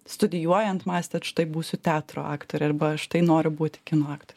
studijuojant mąstėt štai būsiu teatro aktorė arba štai noriu būti kino aktorė